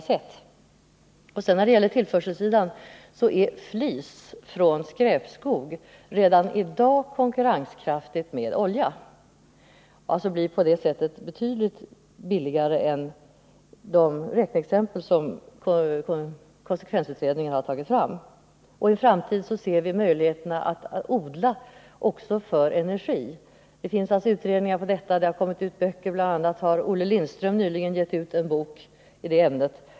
När det sedan gäller tillförselsidan är flis från skräpskog redan i dag ett konkurrenskraftigt alternativ till olja. En sådan lösning blir betydligt billigare än de som redovisas i de räkneexempel som konsekvensutredningen har tagit fram. I en framtid ser vi också möjligheter att odla för energiproduktion. Det har gjorts utredningar om detta, och det har givits ut böcker i ämnet, bl.a. en av Olle Lindström.